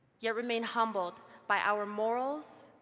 yet remain humbled by our morals,